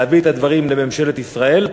להביא את הדברים לממשלת ישראל,